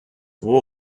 war